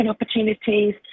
opportunities